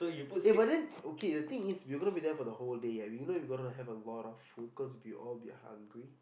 eh but then okay the thing is we're gonna be there for the whole day eh you know we gonna have a lot of food cause we'll all be hungry